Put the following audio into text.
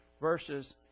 verses